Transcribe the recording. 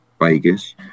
Vegas